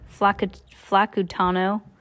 Flacutano